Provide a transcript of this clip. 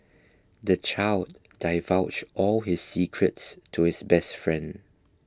the child divulged all his secrets to his best friend